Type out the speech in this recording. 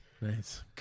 Nice